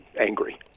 angry